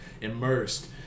immersed